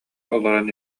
олорон